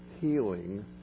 healing